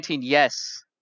Yes